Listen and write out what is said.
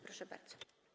Proszę bardzo.